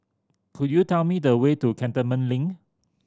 could you tell me the way to Cantonment Link